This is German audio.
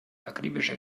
akribischer